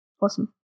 awesome